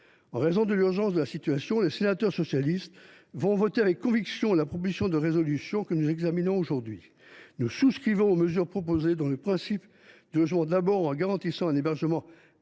En raison de l’urgence de la situation, les sénateurs socialistes voteront avec conviction la proposition de résolution que nous examinons aujourd’hui. Nous souscrivons aux mesures proposées, dont le principe du logement d’abord, en garantissant un hébergement inconditionnel